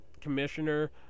Commissioner